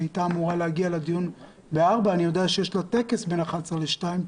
היא הייתה אמורה להגיע לדיון בשעה 16:00. אני יודע שיש לה טקס בין 11:00 ל-14:00.